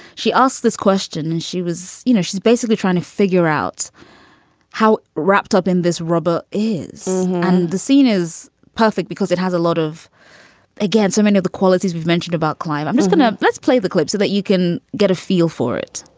she asked this question and she was you know, she's basically trying to figure out how wrapped up in this rubber is. and the scene is perfect because it has a lot of again, so many of the qualities we've mentioned about clive. i'm just gonna. let's play the clip so that you can get a feel for it